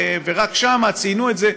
ורק שם ציינו את זה,